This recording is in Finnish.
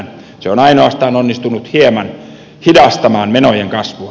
se on ainoastaan onnistunut hieman hidastamaan menojen kasvua